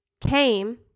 came